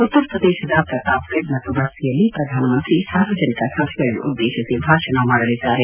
ಉತ್ತರ ಪ್ರದೇಶದ ಪ್ರತಾಪ್ಗಢ್ ಮತ್ತು ಬಸ್ತಿಯಲ್ಲಿ ಪ್ರಧಾನಮಂತ್ರಿ ಸಾರ್ವಜನಿಕ ಸಭೆಗಳನ್ನುದ್ದೇತಿಸಿ ಭಾಷಣ ಮಾಡಲಿದ್ದಾರೆ